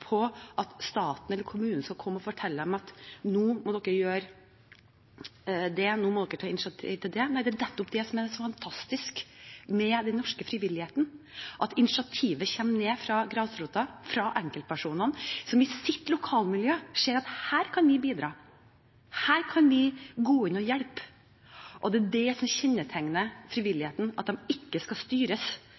på at staten eller kommunen skal komme og fortelle dem at nå må dere gjøre det, nå må dere ta initiativet til det. Det er nettopp det som er så fantastisk med den norske frivilligheten, at initiativet kommer fra grasrota, fra enkeltpersonene, som i sitt lokalmiljø ser at her kan vi bidra, her kan vi gå inn og hjelpe. Det er det som kjennetegner frivilligheten, at de ikke skal styres